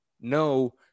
no